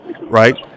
Right